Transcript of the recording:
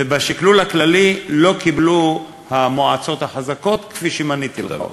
ובשקלול הכללי לא קיבלו המועצות החזקות כפי שמניתי לך אותן.